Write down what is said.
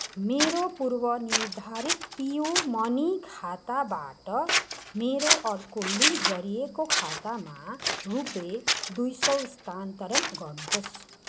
मेरो पूर्वनिर्धारित PayU money खाताबाट मेरो अर्को लिङ्क गरिएको खातामा रुपियाँ दुई सौ स्थानान्तरण गर्नुहोस्